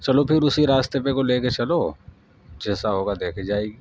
چلو پھر اسی راستے پہ کو لے کے چلو جیسا ہوگا دیکھی جائے گی